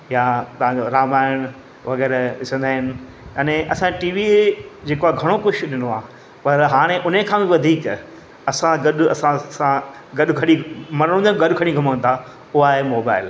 या तव्हां जो रामायण वग़ैरह ॾिसंदा आहिनि अने असां टी वी जेको आहे घणो कुझु ॾिनो आहे पर हाणे उन खां बि वधीक असां गॾु असां सां गॾु खणी मनोरंजन गॾु खणी घुमंदा उहो आहे मोबाइल